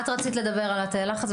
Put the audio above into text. את רצית לדבר על תאי הלחץ.